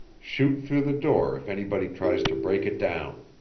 shoot through the door if anybody tries to break it down.